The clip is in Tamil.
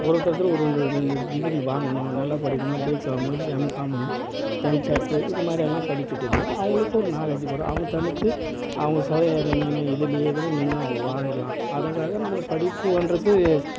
ஒருத்த ஒருத்தர் ரெண்டு ரெண்டு டிகிரி வாங்கணும் நல்லா படிக்கணும் பிகாமு எம்காமு எம்டெக்கு இது மாதிரியெல்லாம் படித்துட்டு இருந்தால் அவங்களுக்கும் ஒரு நாலேஜி வரும் அவங்க தனித்து அவங்க சுய நினைவு இதிலேயே கூட நின்றா அவங்க வாழலாம் அதற்காக நமக்கு படிப்புன்றது